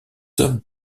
somme